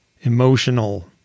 emotional